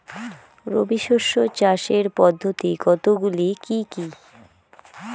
রবি শস্য চাষের পদ্ধতি কতগুলি কি কি?